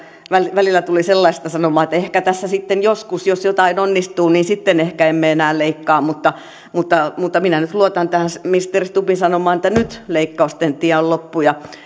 välillä tuli sellaista sanomaa että ehkä tässä sitten joskus jos jotain onnistuu emme enää leikkaa mutta mutta minä nyt luotan tähän ministeri stubbin sanomaan että nyt leikkausten tie on loppu ja